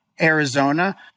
Arizona